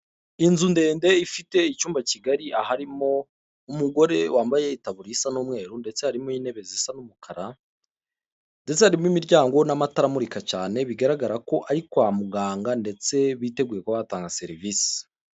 Inzu ndende ifite icyumba kigari, aharimo umugore wambaye itaburiya isa n'umweru ndetse harimo n'intebe zisa n'umukara ndetse harimo imiryango n'amatara amurika cyane, bigaragara ko ari kwa muganga ndetse biteguye batanga serivisi.